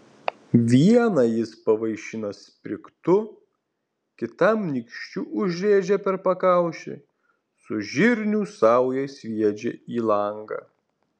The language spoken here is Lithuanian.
vieną jis pavaišina sprigtu kitam nykščiu užrėžia per pakaušį su žirnių sauja sviedžia į langą